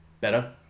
better